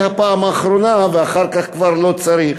הפעם האחרונה ואחר כך כבר לא יהיה צריך.